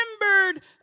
remembered